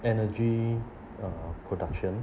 energy uh production